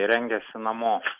rengiasi namo